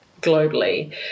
globally